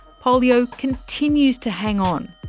polio continues to hang on,